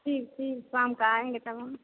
ठीक ठीक शाम को आएँगे तब हम